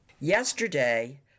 Yesterday